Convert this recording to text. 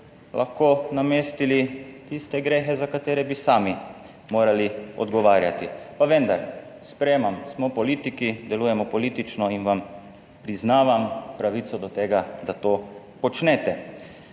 lahko namestili tiste grehe, za katere bi sami morali odgovarjati. Pa vendar sprejemam, smo politiki, delujemo politično in vam priznavam pravico do tega, da to počnete.